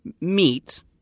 meat